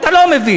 אתה לא מבין.